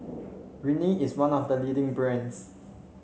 Rene is one of the leading brands